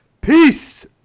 Peace